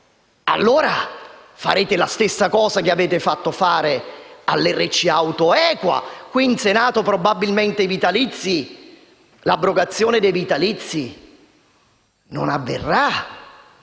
Senato farete la stessa cosa che avete fatto fare all'RC auto equa. Qui in Senato probabilmente l'abrogazione dei vitalizi non avverrà.